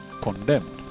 condemned